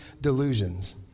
delusions